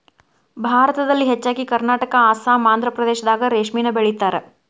ಭಾರತದಲ್ಲಿ ಹೆಚ್ಚಾಗಿ ಕರ್ನಾಟಕಾ ಅಸ್ಸಾಂ ಆಂದ್ರಪ್ರದೇಶದಾಗ ರೇಶ್ಮಿನ ಬೆಳಿತಾರ